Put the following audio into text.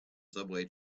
subway